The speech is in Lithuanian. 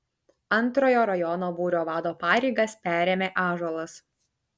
antrojo rajono būrio vado pareigas perėmė ąžuolas